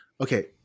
Okay